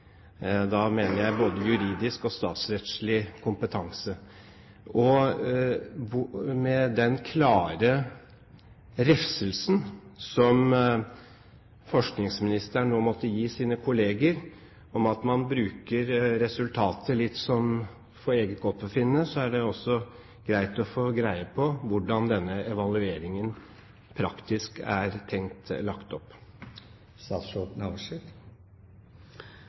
da mener jeg både juridisk og statsrettslig kompetanse? Med den klare refselsen som forskningsministeren nå måtte gi sine kolleger for at man bruker resultater litt etter eget forgodtbefinnende, er det også greit å få greie på hvordan denne evalueringen praktisk er tenkt lagt opp.